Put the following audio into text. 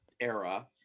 era